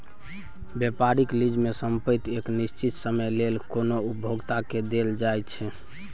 व्यापारिक लीज में संपइत एक निश्चित समय लेल कोनो उपभोक्ता के देल जाइ छइ